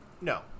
No